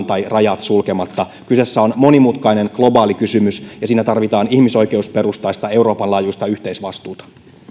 tai rajat sulkemalla kyseessä on monimutkainen globaali kysymys ja siinä tarvitaan ihmisoikeusperustaista euroopan laajuista yhteisvastuuta